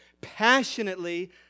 passionately